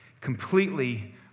completely